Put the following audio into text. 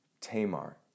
Tamar